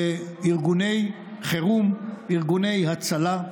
בארגוני חירום, ארגוני הצלה,